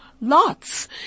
lots